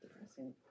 depressing